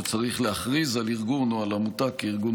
שצריך להכריז על ארגון או על עמותה כארגון